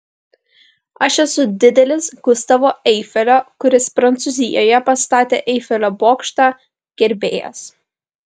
aš esu didelis gustavo eifelio kuris prancūzijoje pastatė eifelio bokštą gerbėjas